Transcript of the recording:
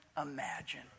imagine